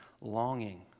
longing